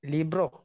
Libro